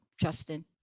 Justin